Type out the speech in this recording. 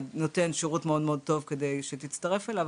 נותן שירות מאוד טוב כדי שתצטרף אליו,